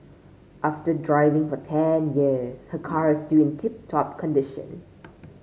after driving for ten years her car is still in tip top condition